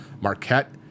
Marquette